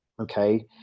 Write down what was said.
Okay